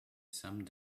some